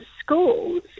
schools